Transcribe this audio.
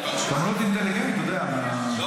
לא